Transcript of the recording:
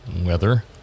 Weather